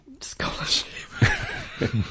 scholarship